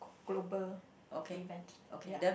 global event ya